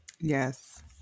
Yes